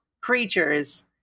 creatures